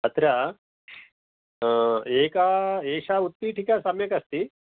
अत्र एका एषा उत्पीठिका सम्यक् अस्ति